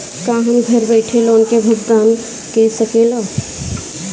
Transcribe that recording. का हम घर बईठे लोन के भुगतान के शकेला?